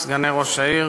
סגני ראש העיר,